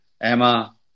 Emma